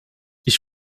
ich